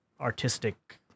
artistic